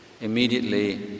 Immediately